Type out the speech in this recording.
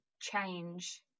change